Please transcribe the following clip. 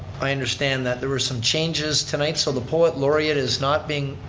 i understand that there were some changes tonight so the poet laureate is not being,